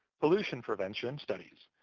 pollution prevention studies,